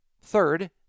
Third